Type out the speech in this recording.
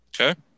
Okay